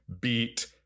beat